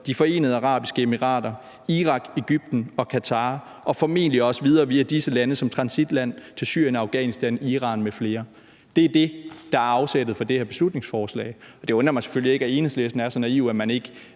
De Forenede Arabiske Emirater, Irak, Egypten og Qatar og formentlig også videre via disse lande som transitlande til Syrien, Afghanistan og Iran m.fl. Det er det, der er afsættet for det her beslutningsforslag. Det undrer mig selvfølgelig ikke, at man i Enhedslisten er så naiv, at man ikke